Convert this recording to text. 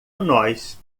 nós